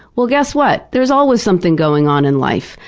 well, guess what? there's always something going on in life,